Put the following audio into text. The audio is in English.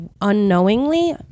unknowingly